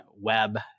web